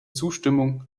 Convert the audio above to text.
zustimmung